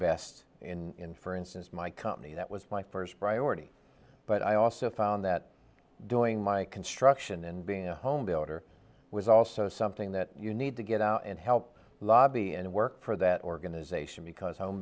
best in for instance my company that was my first priority but i also found that doing my construction and being a home builder was also something that you need to get out and help lobby and work for that organization because